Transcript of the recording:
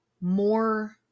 more